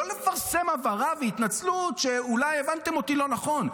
לא לפרסם הבהרה והתנצלות "אולי הבנתם אותי לא נכון".